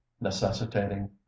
necessitating